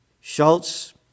Schultz